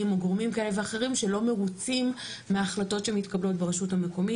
או גורמים כאלה ואחרים שלא מרוצים מההחלטות שמתקבלות ברשות המקומית.